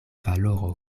valoro